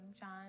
John